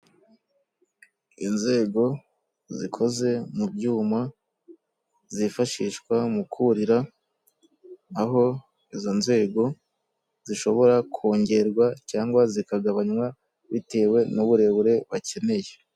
Inzego zikoze mu byuma zifashishwa mu kurira, aho izo nzego zishobora kongerwa cyangwa zikagabanywa bitewe n'uburebure bakeneye.